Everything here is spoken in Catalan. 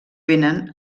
vénen